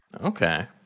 Okay